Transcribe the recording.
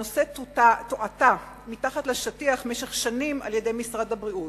הנושא טואטא מתחת לשטיח במשך שנים על-ידי משרד הבריאות,